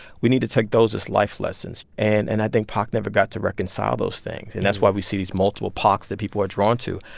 we need to take those as life lessons. and and i think pac never got to reconcile those things. and that's why we see these multiple pacs that people are drawn to.